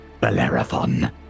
Bellerophon